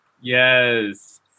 Yes